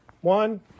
One